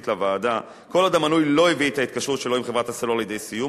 לוועדה: כל עוד המנוי לא הביא את ההתקשרות שלו לידי סיום,